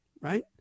right